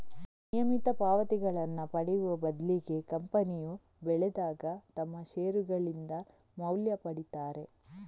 ನಿಯಮಿತ ಪಾವತಿಗಳನ್ನ ಪಡೆಯುವ ಬದ್ಲಿಗೆ ಕಂಪನಿಯು ಬೆಳೆದಾಗ ತಮ್ಮ ಷೇರುಗಳಿಂದ ಮೌಲ್ಯ ಪಡೀತಾರೆ